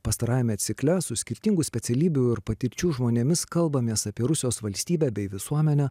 pastarajame cikle su skirtingų specialybių ir patirčių žmonėmis kalbamės apie rusijos valstybę bei visuomenę